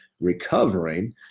recovering